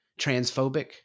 transphobic